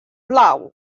blau